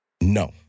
No